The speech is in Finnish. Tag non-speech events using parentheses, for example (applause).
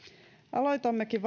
aloitammekin (unintelligible)